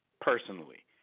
personally